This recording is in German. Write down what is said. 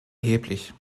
erheblich